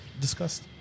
discussed